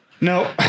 no